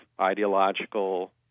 ideological